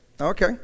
Okay